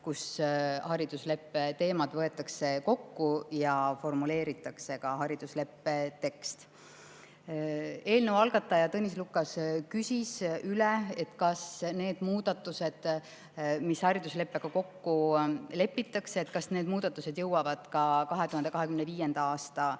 kui haridusleppe teemad võetakse kokku ja formuleeritakse haridusleppe tekst. Eelnõu algataja Tõnis Lukas küsis üle, kas need muudatused, mis haridusleppega kokku lepitakse, jõuavad ka 2025. aasta eelarvesse.